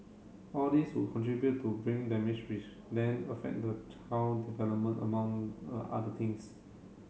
all these would contribute to brain damage which then affect the child development among the other things